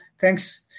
thanks